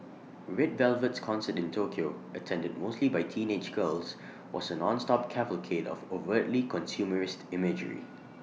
red Velvet's concert in Tokyo attended mostly by teenage girls was A nonstop cavalcade of overtly consumerist imagery